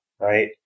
right